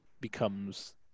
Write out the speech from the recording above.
becomes